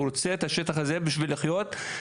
הוא רוצה את השטח הזה בשביל לחיות,